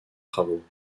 travaux